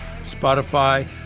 Spotify